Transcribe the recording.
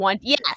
Yes